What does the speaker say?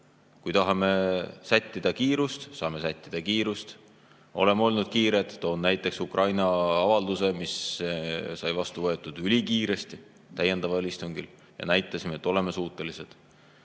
Kui tahame sättida kiirust, saame sättida kiirust. Oleme olnud kiired. Toon näiteks Ukraina avalduse, mis sai vastu võetud ülikiiresti, täiendaval istungil, näitasime, et oleme suutelised.